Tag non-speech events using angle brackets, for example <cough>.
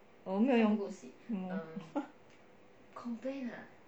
我没用 <laughs>